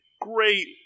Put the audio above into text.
Great